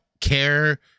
care